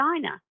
designer